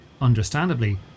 Understandably